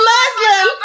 Muslim